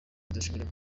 udashoboye